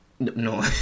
No